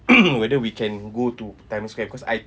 whether we can go to times square cause I